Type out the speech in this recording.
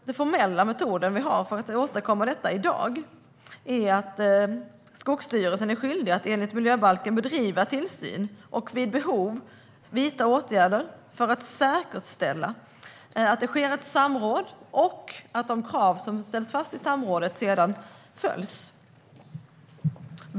Den formella metod vi har för att åstadkomma detta i dag är att Skogsstyrelsen enligt miljöbalken är skyldig att bedriva tillsyn och vid behov vidta åtgärder för att säkerställa att det sker ett samråd och att de krav som ställts fast vid samrådet sedan följs.